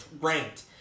ranked